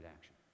action